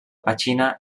petxina